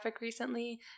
recently